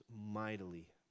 mightily